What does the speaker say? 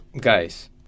guys